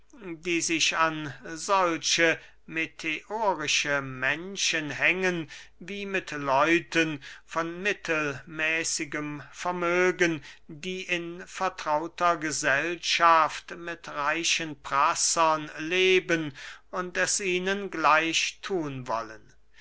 die sich an solche meteorische menschen hängen wie mit leuten von mittelmäßigem vermögen die in vertrauter gesellschaft mit reichen prassern leben und es ihnen gleich thun wollen